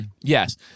yes